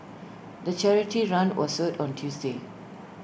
the charity run was held on Tuesday